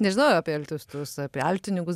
nežinojau apie altistus apie altininkus